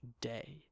day